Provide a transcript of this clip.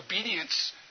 obedience